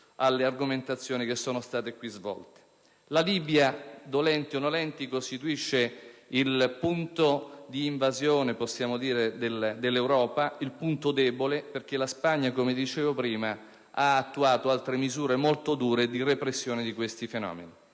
alle argomentazioni che sono state qui svolte. La Libia, piaccia o meno, costituisce il punto d'invasione dell'Europa, il punto debole, perché la Spagna, come dicevo prima, ha attuato misure molto dure di repressione di questi fenomeni.